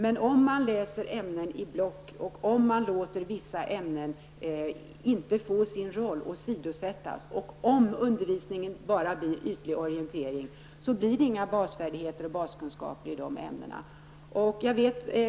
Men om eleverna läser ämnen i block och man intelåter vissa ämnen få sin roll utan åsidosätter den och om undervisningen bara blir en ytlig orientering, då får man inte basfärdigheter och baskunskaper i dessa ämnen.